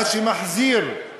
מה שמחזיר את